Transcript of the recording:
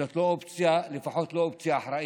זו לא אופציה, לפחות לא אופציה אחראית.